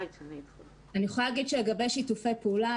לגבי שיתופי פעולה,